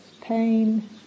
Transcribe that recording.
pain